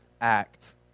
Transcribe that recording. act